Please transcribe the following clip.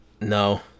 No